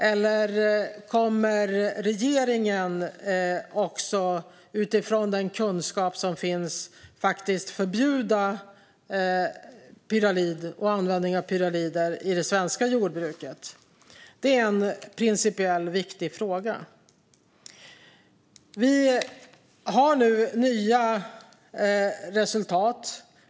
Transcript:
Eller kommer regeringen utifrån den kunskap som finns att faktiskt förbjuda användning av pyralider i det svenska jordbruket? Det är en principiellt viktig fråga. Vi har nu nya resultat.